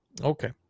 Okay